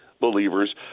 believers